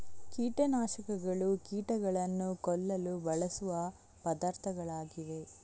ಕೀಟ ನಾಶಕಗಳು ಕೀಟಗಳನ್ನು ಕೊಲ್ಲಲು ಬಳಸುವ ಪದಾರ್ಥಗಳಾಗಿವೆ